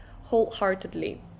wholeheartedly